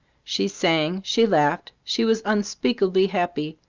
she sang, she laughed, she was unspeakably happy.